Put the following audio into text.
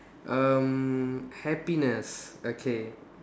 um happiness okay